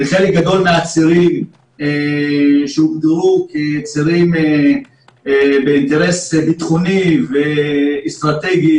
וחלק גדול מהצירים שהוגדרו כצירים לאינטרס ביטחוני ואסטרטגי